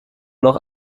noch